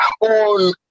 on